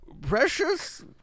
Precious